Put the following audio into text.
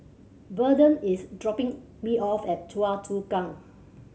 Verdell is dropping me off at Choa Chu Kang